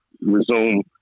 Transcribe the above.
resume